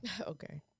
okay